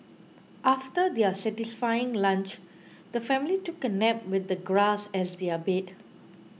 after their satisfying lunch the family took a nap with the grass as their bed